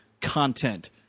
content